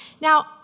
Now